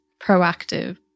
proactive